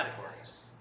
categories